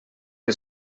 que